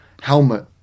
helmet